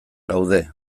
gaude